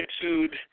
attitude